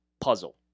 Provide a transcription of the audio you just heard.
puzzle